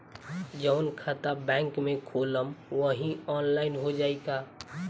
जवन खाता बैंक में खोलम वही आनलाइन हो जाई का?